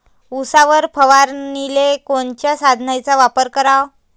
उसावर फवारनीले कोनच्या साधनाचा वापर कराव?